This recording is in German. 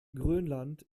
grönland